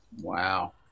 wow